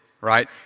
Right